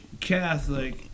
Catholic